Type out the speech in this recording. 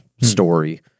story